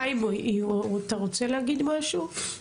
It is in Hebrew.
חיים, אתה רוצה להגיד משהו?